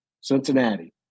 Cincinnati